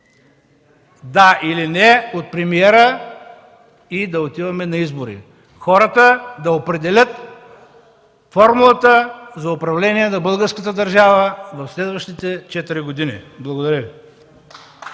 „да” или „не” от премиера и да отиваме на избори – хората да определят формулата за управление на българската държава в следващите четири години. Благодаря.